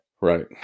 Right